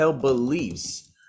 beliefs